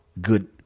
good